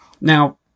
Now